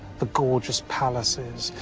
the gorgeous palaces,